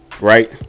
Right